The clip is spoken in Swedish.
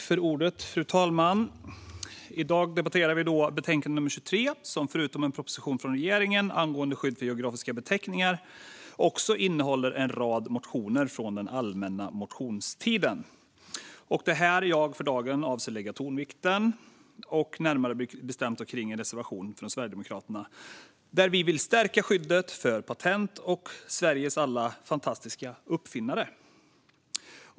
Fru talman! I dag debatterar vi näringsutskottets betänkande 23, som förutom en proposition från regeringen angående skydd för geografiska beteckningar behandlar en rad motioner från den allmänna motionstiden. Det är där jag för dagen avser att lägga tonvikten, och då närmare bestämt på en reservation från Sverigedemokraterna där vi vill stärka skyddet för patent och för alla Sveriges fantastiska uppfinnare.